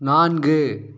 நான்கு